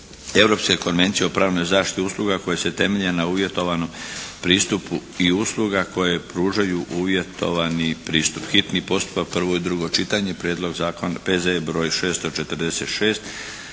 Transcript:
Europske konvencije o pravnoj zaštiti usluga koje se temelje na uvjetovanom pristupa i usluga koje pružaju uvjetovani pristup – hitni postupak, prvo i drugo čitanje, P.Z.E. br. 646